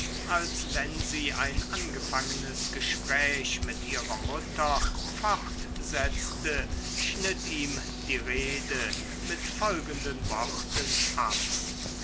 als wenn sie ein angefangenes gespräch mit ihrer mutter fortsetzte schnitt ihm die rede mit folgenden worten ab